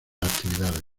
actividades